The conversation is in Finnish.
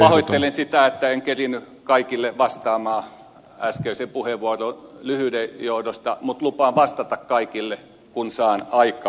pahoittelen sitä että en kerinnyt kaikille vastaamaan äskeisen puheenvuoron lyhyyden johdosta mutta lupaan vastata kaikille kun saan aikaa